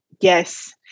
Yes